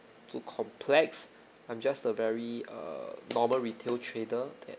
too complex I'm just a very err normal retail trader that